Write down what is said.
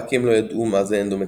רק כי הם לא ידעו מה זה אנדומטריוזיס,